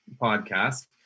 podcast